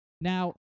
Now